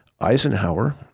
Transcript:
Eisenhower